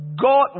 God